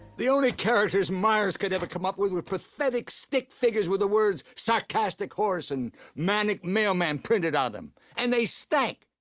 the only characters myers could ever come up with were pathetic stick figures with the words sarcastic horse and manic mailman printed on ah them. and they stank.